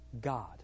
God